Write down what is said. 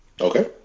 Okay